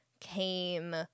came